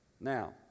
Now